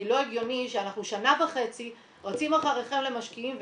כי לא הגיוני שאנחנו שנה וחצי רצים אחריכם למשקיעים,